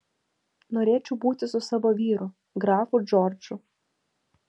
norėčiau būti su savo vyru grafu džordžu